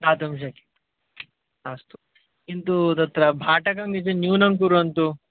दातुं शक्यते अस्तु किन्तु तत्र भाटकमिति न्यूनं कुर्वन्तु